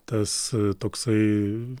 tas toksai